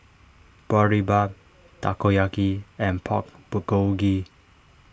Boribap Takoyaki and Pork Bulgogi